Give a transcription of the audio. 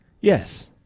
Yes